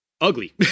ugly